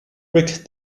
rick